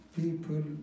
people